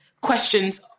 questions